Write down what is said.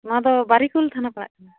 ᱱᱚᱶᱟ ᱫᱚ ᱵᱟᱨᱤᱠᱩᱞ ᱛᱷᱟᱱᱟ ᱯᱟᱲᱟᱜ ᱠᱟᱱᱟ